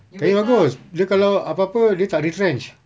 lagi bagus dia kalau apa apa dia tak retrench